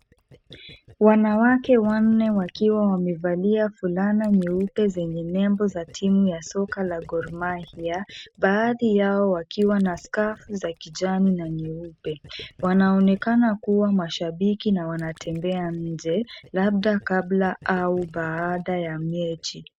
Wanawake wanne wakiwa wamevalia fulana nyeupe zenye nembo za timu ya soka la Gor Mahia, baadhi yao wakiwa na skafu za kijani na nyeupe. Wanaonekana kuwa mashabiki na wanatembea nje, labda kabla au baada ya mechi.